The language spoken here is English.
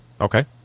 Okay